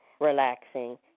relaxing